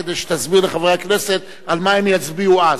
כדי שתסביר לחברי הכנסת על מה הם יצביעו אז.